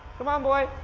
come on, boy,